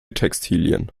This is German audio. textilien